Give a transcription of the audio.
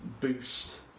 boost